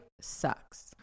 sucks